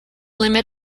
limit